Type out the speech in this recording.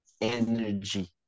energy